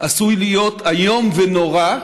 עשוי להיות איום ונורא,